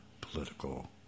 political